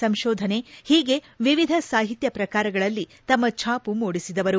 ಸಂತೋಧನೆ ಹೀಗೆ ವಿವಿಧ ಸಾಹಿತ್ಯ ಪ್ರಕಾರಗಳಲ್ಲಿ ತಮ್ಮ ಭಾಪು ಮೂಡಿಸಿದವರು